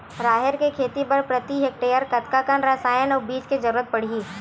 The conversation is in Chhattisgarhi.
राहेर के खेती बर प्रति हेक्टेयर कतका कन रसायन अउ बीज के जरूरत पड़ही?